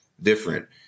different